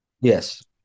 Yes